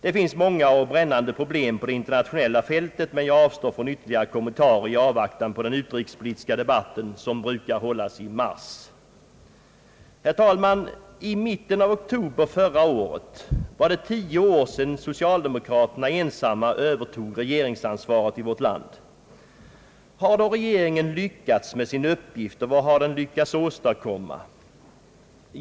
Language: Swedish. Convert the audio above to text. Det finns många och brännande problem på det internationella fältet, men jag avstår från ytterligare kommentarer i avvaktan på den utrikespolitiska debatt som brukar hållas i mars. Herr talman! I mitten av oktober förra året var det tio år sedan socialdemokraterna ensamma övertog regeringsansvaret i vårt land. Hur har då regeringen lyckats med sin uppgift och vad har den lyckats åstadkomma?